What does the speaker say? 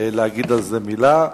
להגיד על זה מלה.